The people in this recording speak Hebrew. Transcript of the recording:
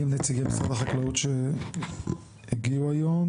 מי נציגי משרד החקלאות שהגיעו היום?